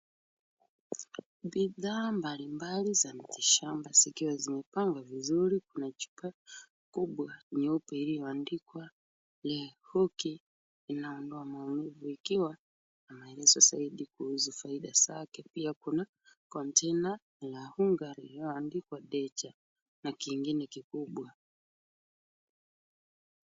Bidhaa mbalimbali za miti shamba zikiwa zimepangwa vizuri. Kuna chupa kubwa nyeupe iliyoandikwa Leoki inaondoa maumivu ikiwa na maelezo zaidi kuhusu faida zake. Pia kuna kontena ya unga iliyoandikwa Deja na kingine kikubwa.